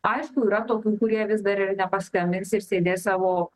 aišku yra tokių kurie vis dar ir nepaskambins ir sėdės savo